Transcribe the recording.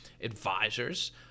advisors